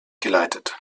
geleitet